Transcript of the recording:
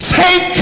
take